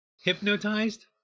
hypnotized